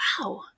wow